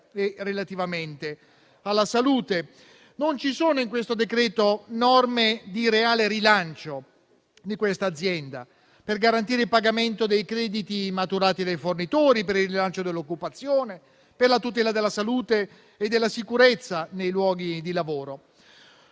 e relativamente alla salute. In questo decreto-legge non ci sono norme di reale rilancio di questa azienda, per garantire il pagamento dei crediti maturati dai fornitori, per il rilancio dell'occupazione, per la tutela della salute e della sicurezza nei luoghi di lavoro.